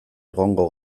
egongo